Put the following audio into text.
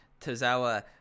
Tozawa